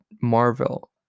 marvel